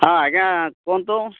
ହଁ ଆଜ୍ଞା କୁହନ୍ତୁ